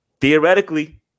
theoretically